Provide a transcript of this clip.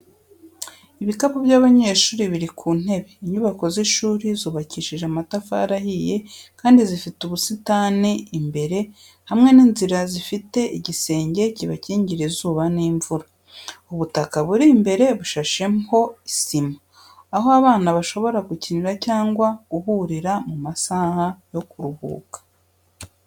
Ibikapu by’abanyeshuri biri ku ntebe, inyubako z’ishuri zubakishijwe amatafari ahiye, kandi zifite ubusitani imbere hamwe n’inzira zifite igisenge kibakingira izuba n’imvura. Ubutaka buri imbere bushasheho sima, aho abana bashobora gukinira cyangwa guhurira mu masaha yo kuruhuka.